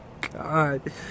god